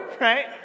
right